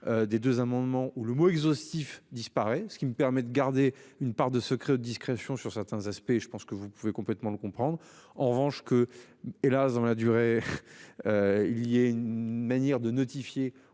des 2 amendements ou le mot exhaustif disparaît, ce qui me permet de garder une part de secret de discrétion sur certains aspects, je pense que vous pouvez complètement le comprendre en revanche que hélas dans la durée. Il y a une manière de notifier